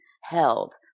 held